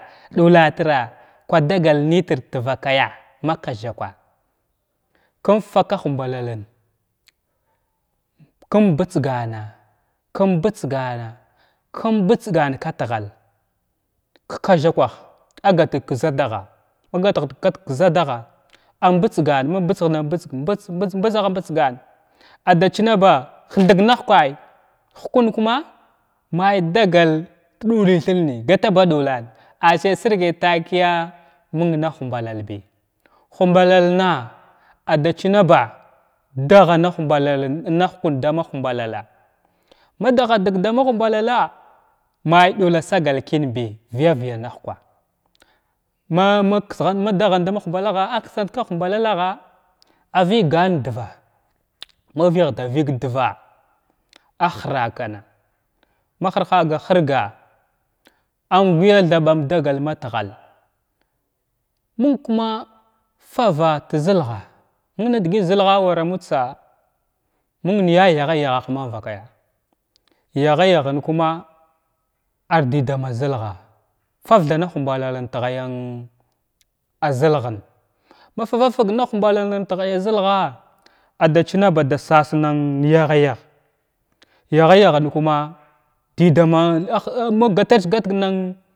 Ɗula tirra kwadagal nətir tarakaya ma kwazakwa kum faka ka humballalən kum bətsgana kum bətsgana bum bətsgan ka tahəlng ka ka zhakwah agatət ka zadahama gadhət galg ka zadaha am batsgan ma mbitsɦana bitsga mbits mbits mbits agha mbitsgan ada china ba hathig na hukay in kuma may degal da ɗully thirnəy gata ba ɗullan say sirgay takəya məng na humɓallalbi humballalna adachina ba daha na humballalən na hukwan dama humballala madagha dəg dama humballala may ɗulla sagal kən bi vəy-vəyan na hukwa ma ma kshan ma dahan dama humballalah a ksant ka humballaha avəganda va’a ma vəhət vəg da dvala a hrakan ma hirga ga hirga am gya thaɓ dagal dama tghal məng kuma farva zəlgha məng na dəgət zəlgha awara mud tsa məng naya yakayah mav kay yakayahən kuma ar dəda ma zəlgha far tha na huballalən ta ghaya zəkghan ma fəha ka humballalən taghaya zəlgha ada china bada sas nan yahayah yahayahən kuma dədaman ah glatavs gatəg nan.